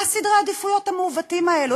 מה סדרי העדיפויות המעוותים האלו?